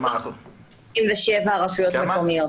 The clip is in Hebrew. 257 רשויות מקומיות.